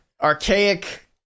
archaic